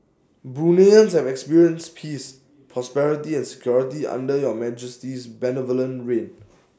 Bruneians have experienced peace prosperity and security under your Majesty's benevolent reign